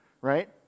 right